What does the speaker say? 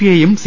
ഐയും സി